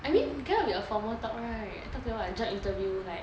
I mean cannot be like a formal talk right talk to you like job interview